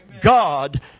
God